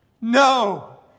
No